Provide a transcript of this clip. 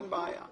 אין בעיה,